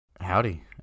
Howdy